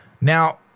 Now